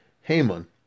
Haman